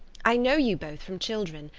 i know you both from children,